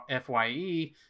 fye